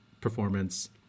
performance